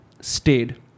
Stayed